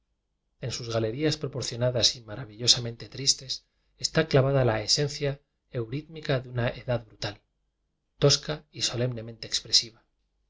en sus galerías proporcionadas y maravillosamente tristes está clavada la esencia eurítmica de una edad brutal tosca y solemnemente expresiva los